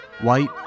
White